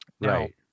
right